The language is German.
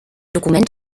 dokument